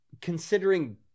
considering